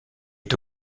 est